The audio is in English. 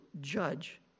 judge